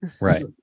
right